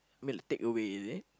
meal takeaway is it